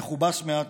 המכובס מעט,